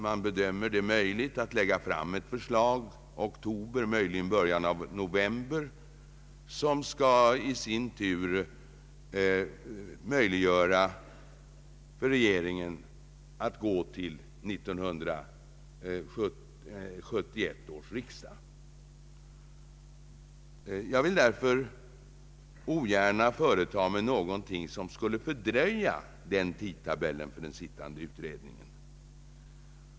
Den bedömer det som möjligt att lägga fram ett förslag i oktober, möjligen i början av november, vilket i sin tur skall möjliggöra för regeringen att framlägga förslag i ämnet för 1971 års riksdag. Jag vill därför ogärna företa mig någonting som skulle fördröja tidtabellen för den pågående utredningen.